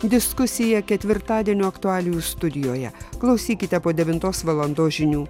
diskusija ketvirtadienio aktualijų studijoje klausykite po devintos valandos žinių